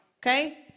Okay